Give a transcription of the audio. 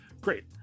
great